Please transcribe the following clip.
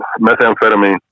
Methamphetamine